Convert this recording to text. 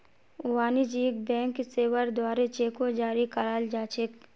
वाणिज्यिक बैंक सेवार द्वारे चेको जारी कराल जा छेक